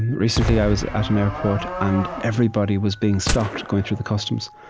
recently, i was at an airport, and everybody was being stopped, going through the customs.